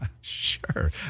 Sure